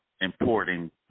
importing